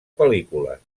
pel·lícules